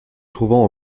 trouvant